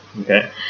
Okay